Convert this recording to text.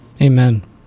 amen